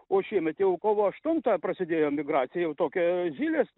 o šiemet jau kovo aštuntą prasidėjo migracija jau tokia zylės